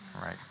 right